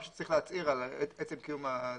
הוא פשוט צריך להצהיר על עצם קיום הזיקה.